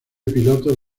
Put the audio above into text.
pilotos